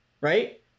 right